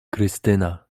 krystyna